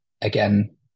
again